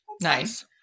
Nice